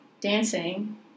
dancing